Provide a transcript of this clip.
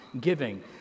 giving